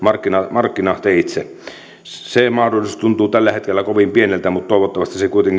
markkinateitse se mahdollisuus tuntuu tällä hetkellä kovin pieneltä mutta toivottavasti se kuitenkin tulee